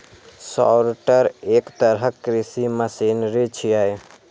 sorter एक तरहक कृषि मशीनरी छियै